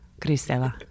Cristela